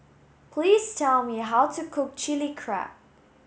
please tell me how to cook Chilli Crab